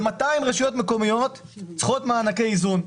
200 רשויות מקומיות צריכות מענקי איזון.